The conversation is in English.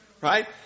Right